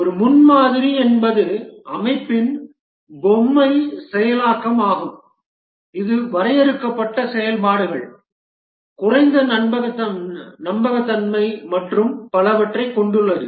ஒரு முன்மாதிரி என்பது அமைப்பின் பொம்மை செயலாக்கம் ஆகும் இது வரையறுக்கப்பட்ட செயல்பாடுகள் குறைந்த நம்பகத்தன்மை மற்றும் பலவற்றைக் கொண்டுள்ளது